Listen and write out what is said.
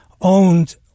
owned